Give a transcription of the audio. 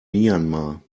myanmar